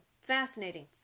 Fascinating